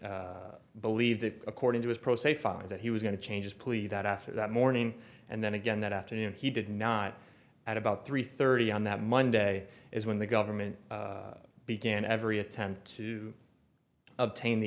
believed that according to his pro se filings that he was going to change plea that after that morning and then again that afternoon he did not at about three thirty on that monday is when the government began every attempt to obtain the